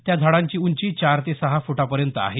त्या झाडांची उंची चार ते सहा फुटापर्यंत आहे